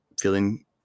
feeling